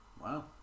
wow